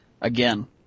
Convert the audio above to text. again